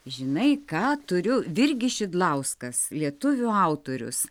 žinai ką turiu virgis šidlauskas lietuvių autorius